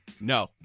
No